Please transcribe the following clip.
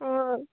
অ